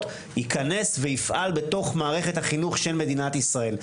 יכנס ויפעל בתוך מערכת החינוך של מדינת ישראל.